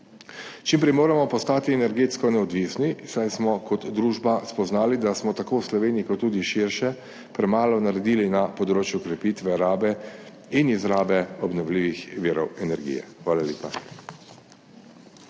Čim prej moramo postati energetsko neodvisni, saj smo kot družba spoznali, da smo tako v Sloveniji kot tudi širše, premalo naredili na področju krepitve rabe in izrabe obnovljivih virov energije. Hvala lepa.